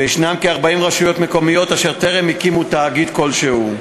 ויש כ-40 רשויות מקומיות אשר טרם הקימו תאגיד כלשהו.